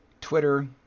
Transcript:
Twitter